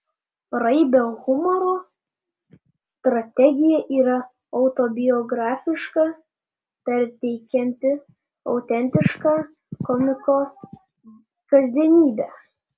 raibio humoro strategija yra autobiografiška perteikianti autentišką komiko kasdienybę